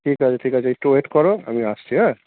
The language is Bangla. ঠিক আছে ঠিক আছে একটু ওয়েট করো আমি আসছি হ্যাঁ